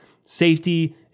safety